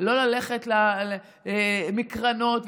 לא מקרנות,